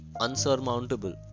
unsurmountable